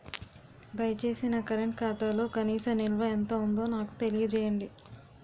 దయచేసి నా కరెంట్ ఖాతాలో కనీస నిల్వ ఎంత ఉందో నాకు తెలియజేయండి